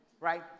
Right